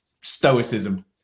stoicism